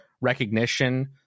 recognition